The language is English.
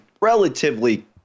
relatively